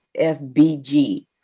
FBG